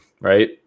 right